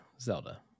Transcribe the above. Zelda